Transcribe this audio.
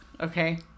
okay